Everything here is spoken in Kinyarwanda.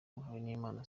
muhawenimana